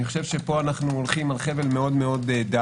אני חושב שפה אנחנו הולכים על חבל מאוד דק.